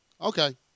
Okay